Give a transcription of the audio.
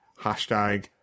Hashtag